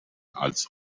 als